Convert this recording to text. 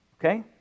Okay